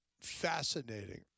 fascinating